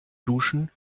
duschen